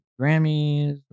Grammys